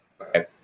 Okay